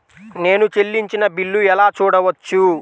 నేను చెల్లించిన బిల్లు ఎలా చూడవచ్చు?